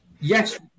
yes